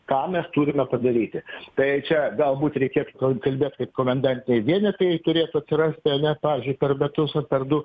ką mes turime padaryti tai čia galbūt reikėtų kal kalbėti kaip komendantei vienetai turėtų atsirasti ane pavyzdžiui per metus ar per du